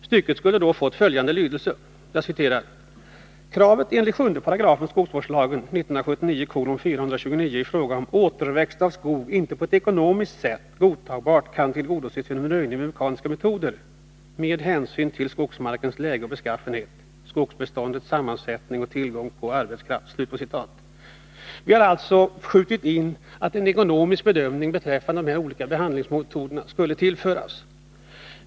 Således har vi föreslagit att det i lagens 2 § andra stycket skulle tillfogas ett ekonomiskt kriterium. Stycket skulle då ha följande lydelse: Vi har alltså skjutit in att en ekonomisk bedömning beträffande de olika behandlingsmetoderna skulle tillföras.